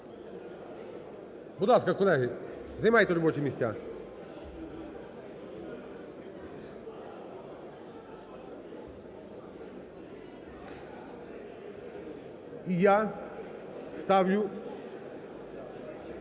Будь ласка, колеги, займайте робочі місця. І я ставлю